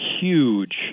huge